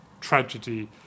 tragedy